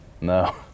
No